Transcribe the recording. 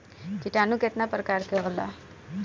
किटानु केतना प्रकार के होला?